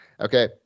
Okay